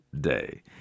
Day